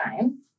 time